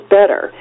better